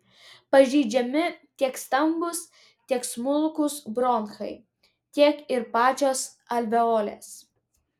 pažeidžiami tiek stambūs tiek smulkūs bronchai tiek ir pačios alveolės